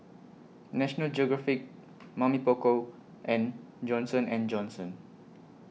National Geographic Mamy Poko and Johnson and Johnson